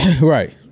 Right